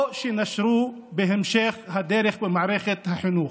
או שנשרו בהמשך הדרך במערכת החינוך.